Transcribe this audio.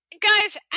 Guys